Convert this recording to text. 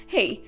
Hey